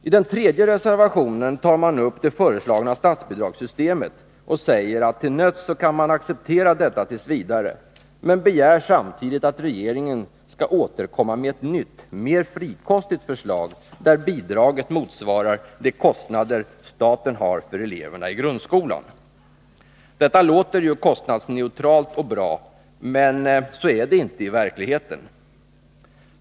I den tredje reservationen tar man upp det föreslagna statsbidragssystemet och säger att man till nöds kan acceptera detta tills vidare, men man begär samtidigt att regeringen skall återkomma med ett nytt, mer frikostigt förslag där bidraget motsvarar de kostnader staten har för eleverna i grundskolan. Detta låter ju kostnadsneutralt och bra, men så är det inte i verkligheten.